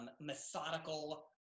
methodical